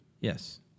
yes